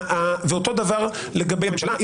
אותו דבר לגבי הממשלה.